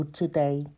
today